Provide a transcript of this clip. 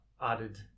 added